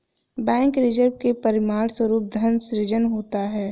bank reserve के परिणामस्वरूप धन सृजन होता है